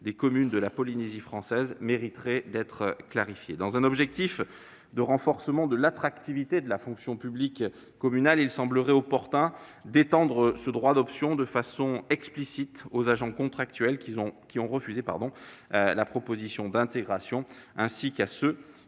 des communes de Polynésie française mériteraient d'être clarifiées. Dans un objectif de renforcement de l'attractivité de la fonction publique communale, il semblerait opportun d'étendre ce droit d'option, de façon explicite, aux agents contractuels ayant refusé la proposition d'intégration, ainsi qu'à ceux